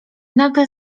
nagle